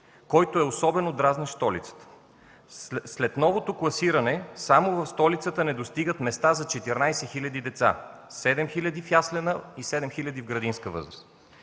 който е особено дразнещ в столицата. След новото класиране само в столицата не достигат места за 14 000 деца – 7000 в яслена и 7000 в градинска възраст.